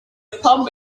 pub